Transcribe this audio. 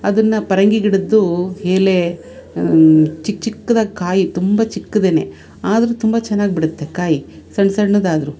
ಅದನ್ನು ಪರಂಗಿ ಗಿಡದ್ದು ಎಲೆ ಚಿಕ್ಕ ಚಿಕ್ದಾಗಿ ಕಾಯಿ ತುಂಬ ಚಿಕ್ದೆಯೇ ಆದ್ರೂ ತುಂಬ ಚೆನ್ನಾಗಗಿ ಬಿಡುತ್ತೆ ಕಾಯಿ ಸಣ್ಣ ಸಣ್ಣದಾದರು